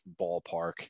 ballpark